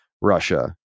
Russia